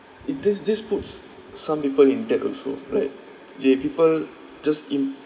it is this puts some people in debt also like there are people just im~